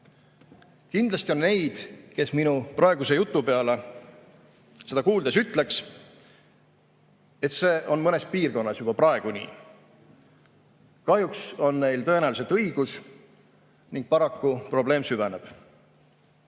Kindlasti on neid, kes minu praegust juttu kuulates ütleks, et see on mõnes piirkonnas juba praegu nii. Kahjuks on neil tõenäoliselt õigus ning paraku probleem süveneb.